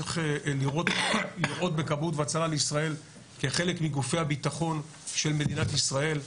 צריך לראות בכבאות והצלה לישראל כחלק מגופי הביטחון של מדינת ישראל,